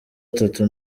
atatu